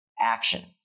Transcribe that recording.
action